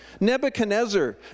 Nebuchadnezzar